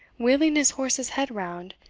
wheeling his horse's head round,